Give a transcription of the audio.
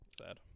sad